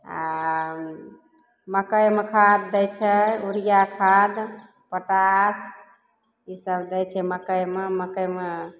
आ मकइमे खाद दै छै यूरिया खाद पोटाश इसभ दै छियै मकइमे मकइमे